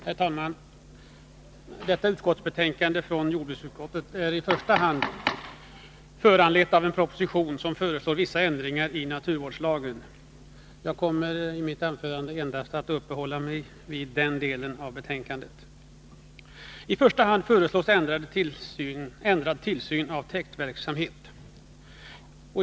Herr talman! Detta utskottsbetänkande från jordbruksutskottet är i första hand föranlett av en proposition som föreslår vissa ändringar i naturvårdslagen. Jag kommer i mitt anförande endast att uppehålla mig vid denna del av betänkandet. I första hand föreslås en ändrad tillsyn av täktverksamheten.